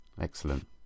Excellent